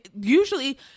usually